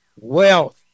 wealth